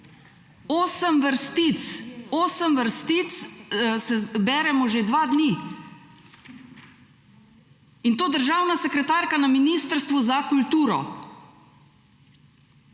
8 vrstic beremo že dva dni in to državna sekretarka na Ministrstvu za kulturo